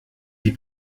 die